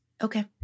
Okay